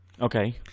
Okay